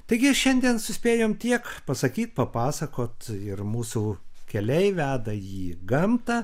taigi šiandien suspėjom tiek pasakyt papasakot ir mūsų keliai veda jį gamtą